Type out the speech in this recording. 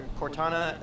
Cortana